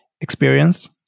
experience